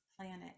planet